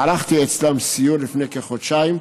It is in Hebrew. ערכתי אצלם סיור לפני חודשים,